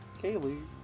Kaylee